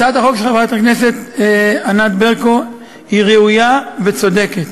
הצעת החוק של חברת הכנסת ברקו היא ראויה וצודקת.